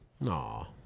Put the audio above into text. no